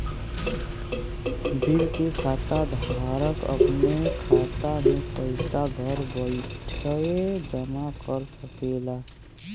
bill के खाता धारक अपने खाता मे पइसा घर बइठे जमा करा सकेला